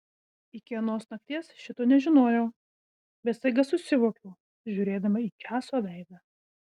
iki anos nakties šito nežinojau bet staiga susivokiau žiūrėdama į česo veidą